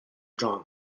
genres